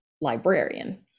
librarian